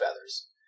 feathers